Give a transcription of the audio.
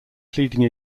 pleading